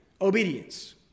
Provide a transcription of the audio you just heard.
obedience